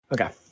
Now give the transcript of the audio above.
Okay